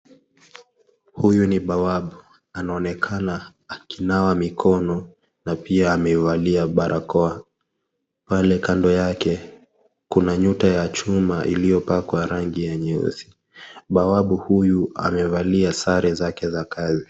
Huyu ni bawabu, anaonekana akinawa mikono na pia amevalia barakoa. Pale kando yake kuna nyota ya chuma iliyopakwa rangi ya nyeusi. Bawabu huyu amevalia sare zake za kazi.